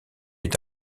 est